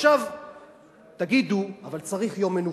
עכשיו תגידו: אבל צריך יום מנוחה,